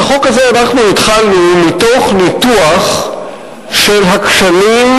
את החוק הזה אנחנו התחלנו מתוך ניתוח של הכשלים,